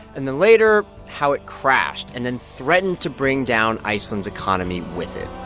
and then later, how it crashed and then threatened to bring down iceland's economy with it